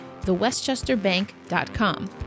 thewestchesterbank.com